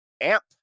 Amp